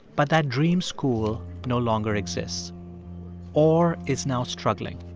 but that dream school no longer exists or is now struggling.